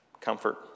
comfort